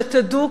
שתדעו,